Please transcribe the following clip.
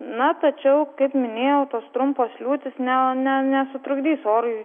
na tačiau kaip minėjau tos trumpos liūtys ne ne nesutrukdys orui